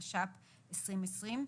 התש"ף-2020,